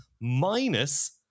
minus